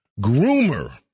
Groomer